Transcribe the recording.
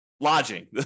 Lodging